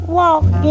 walk